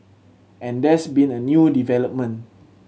and there's been a new development